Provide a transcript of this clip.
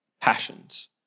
Passions